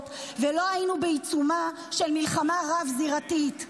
ולא היינו בעיצומה של מלחמה רב-זירתית.